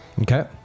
Okay